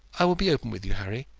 i will be open with you, harry.